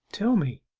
tell me